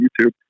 youtube